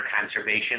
conservation